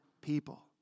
people